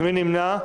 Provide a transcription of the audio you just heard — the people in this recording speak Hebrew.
מי נמנע?